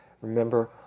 Remember